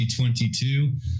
2022